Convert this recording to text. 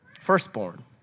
firstborn